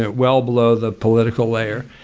ah well below the political layer.